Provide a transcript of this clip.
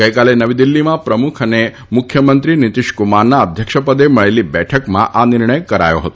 ગઇકાલે નવી દીલ્ફીમાં પ્રમુખ અને મુખ્યમંત્રી નિતીશકુમારના અધ્યક્ષપદે મળેલી બેઠકમાં આ નિર્ણય કરાયો હતો